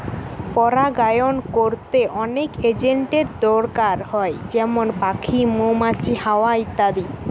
পরাগায়ন কোরতে অনেক এজেন্টের দোরকার হয় যেমন পাখি, মৌমাছি, হাওয়া ইত্যাদি